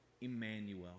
Emmanuel